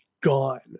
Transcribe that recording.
gone